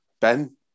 Ben